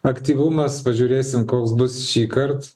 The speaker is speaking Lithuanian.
aktyvumas pažiūrėsim koks bus šįkart